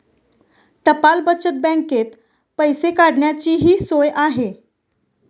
टपाल बचत बँकेत पैसे काढण्याचीही सोय आहे